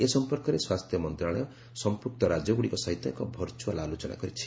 ଏ ସମ୍ପର୍କରେ ସ୍ୱାସ୍ଥ୍ୟ ମନ୍ତ୍ରଣାଳୟ ସମ୍ପୃକ୍ତ ରାଜ୍ୟଗୁଡ଼ିକ ସହିତ ଏକ ଭର୍ଚ୍ଚଆଲ୍ ଆଲୋଚନା କରିଛନ୍ତି